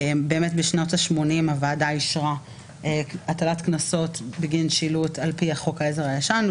בשנות ה-80 הוועדה אישרה הטלת קנסות בגין שילוט על פי חוק העזר הישן,